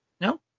No